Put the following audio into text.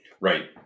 Right